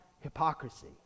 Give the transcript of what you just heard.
hypocrisy